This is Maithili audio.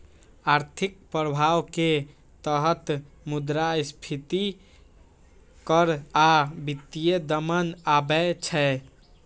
आर्थिक प्रभाव के तहत मुद्रास्फीति कर आ वित्तीय दमन आबै छै